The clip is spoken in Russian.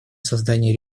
создания